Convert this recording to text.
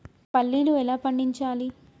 పల్లీలు ఎలా పండించాలి?